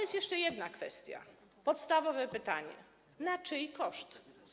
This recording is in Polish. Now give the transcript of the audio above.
Jest jeszcze jedna kwestia i podstawowe pytanie: Na czyj koszt?